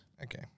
Okay